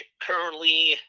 currently